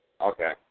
Okay